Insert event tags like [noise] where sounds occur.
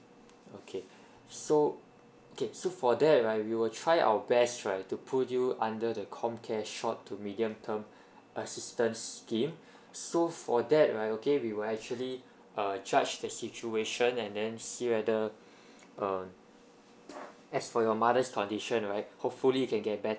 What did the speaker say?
okay so okay so for that right we will try our best right to put you under the COMCARE short to medium term assistance scheme so for that right okay we will actually uh judge the situation and then see whether [breath] uh as for your mother's condition right hopefully can get better